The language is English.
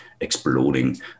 exploding